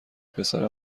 پسر